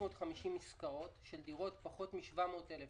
850,000 מובטלים חד-משמעית יהיו לנו מספיק אנשים